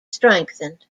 strengthened